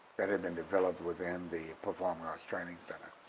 that had been developed within the performing arts training center.